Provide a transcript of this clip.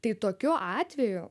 tai tokiu atveju